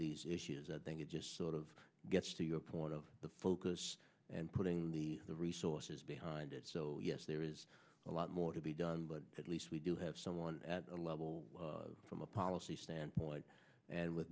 these issues i think it just sort of gets to your point of focus and putting the the resources behind it so yes there is a lot more to be done but at least we do have someone at the level from a policy standpoint and